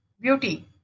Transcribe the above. beauty